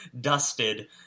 dusted